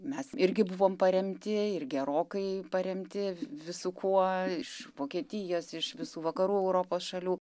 mes irgi buvom paremti ir gerokai paremti visu kuo iš vokietijos iš visų vakarų europos šalių